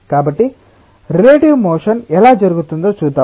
కాబట్టి relative motion ఎలా జరుగుతుందో చూద్దాం